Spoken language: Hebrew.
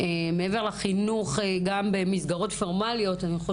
מעבר לחינוך במסגרות פורמליות יש